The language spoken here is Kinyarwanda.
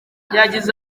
yagize